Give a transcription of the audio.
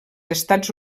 estats